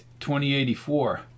2084